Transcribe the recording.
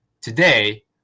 Today